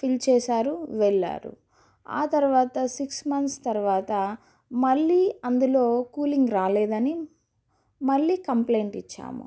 fill చేసారు వెళ్ళారు ఆ తరువాత సిక్స్ మంత్స్ తరువాత మళ్ళీ అందులో కూలింగ్ రాలేదని మళ్ళీ కంప్లయింట్ ఇచ్చాము